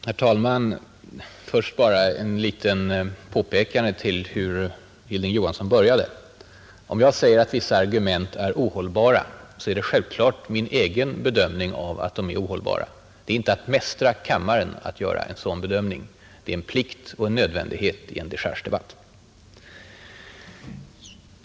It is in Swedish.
Herr talman! Först bara ett litet påpekande till hur Hilding Johansson började. Om jag säger att vissa argument är ”ohållbara” så är det självklart min egen bedömning att de är ohållbara, Det är inte att ”mästra kammaren” att göra en sådan bedömning. Det är en plikt och en nödvändighet i en dechargedebatt.